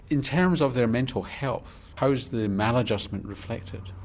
in terms of their mental health, how's the maladjustment reflected?